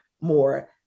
more